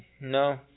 No